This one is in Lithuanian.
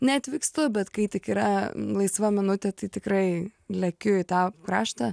neatvykstu bet kai tik yra laisva minutė tai tikrai lekiu į tą kraštą